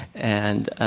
and